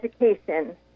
education